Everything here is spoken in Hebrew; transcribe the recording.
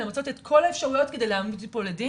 למצות את כל האפשרויות כדי להעמיד לדין'.